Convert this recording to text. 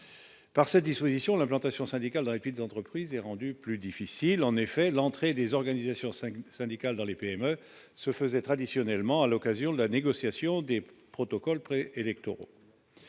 par cette disposition, l'implantation syndicale dans les d'entreprise est rendue plus difficile, en effet, l'entrée des organisations 5 syndicale dans les PME se faisait traditionnellement à l'occasion de la négociation des protocole pré-électoraux